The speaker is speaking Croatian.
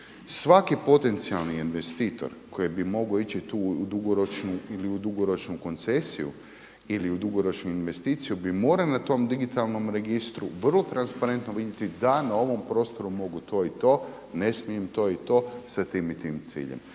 Svaki potencijalni investitor koji bi mogao ići tu u dugoročnu, ili u dugoročnu koncesiju ili u dugoročnu investiciju bi morali na tom digitalnom registru vrlo transparentno vidjeti da na ovom prostoru mogu to i to, ne smijem to i to sa tim i tim ciljem.